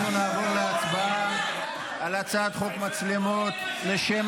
נעבור להצבעה על הצעת חוק התקנת מצלמות לשם